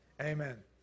Amen